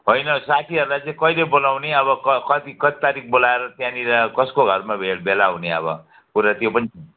हैन साथीहरूलाई कहिले बोलाउने अब कति कति तारिक बोलाएर त्यहाँनिर कसको घरमा भेल भेला हुने अब कुरा त्यो पनि छ